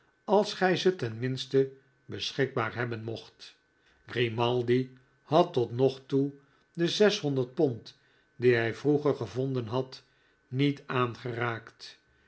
als gij ze ten minste beschikbaar hebben mocht grimaldi had tot nog toe de zeshonderd pond die hij vroeger gevonden had niet aangeraakt